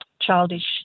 childish